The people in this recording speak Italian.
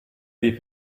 dei